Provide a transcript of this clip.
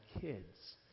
kids